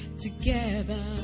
together